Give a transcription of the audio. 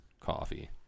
coffee